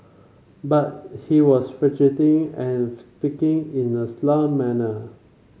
but he was fidgeting and speaking in a slurred manner